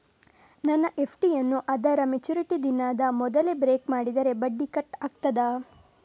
ನನ್ನ ಎಫ್.ಡಿ ಯನ್ನೂ ಅದರ ಮೆಚುರಿಟಿ ದಿನದ ಮೊದಲೇ ಬ್ರೇಕ್ ಮಾಡಿದರೆ ಬಡ್ಡಿ ಕಟ್ ಆಗ್ತದಾ?